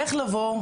איך לבוא?